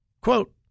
Quote